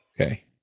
okay